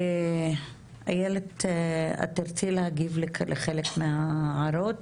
איילת, את תרצי להגיב לחלק מההערות?